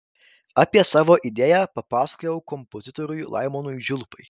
apie savo idėją papasakojau kompozitoriui laimonui žiulpai